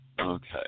Okay